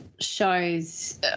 shows